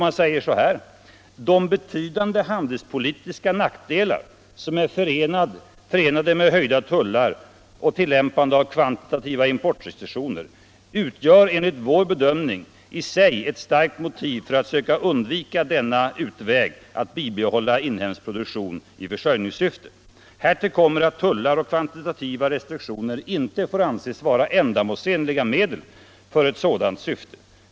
Man säger så här: ”De betydande handelspolitiska nackdelar som är förenade med höjda tullar och tillämpande av kvantitativa importrestriktioner utgör enligt vår bedömning i sig ett starkt motiv för att söka undvika denna utväg att bibehålla en inhemsk produktion i försörjningssyfte. Härtill kommer att tullar och kvantitativa restriktioner inte får anses vara ändamålsenliga medel för ett sådant syfte.